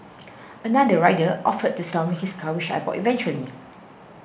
another rider offered to sell me his car which I bought eventually